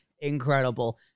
incredible